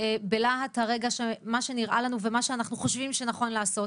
בלהט הרגע מה שנראה לנו ומה שאנחנו חושבים שנכון לעשות.